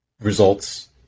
results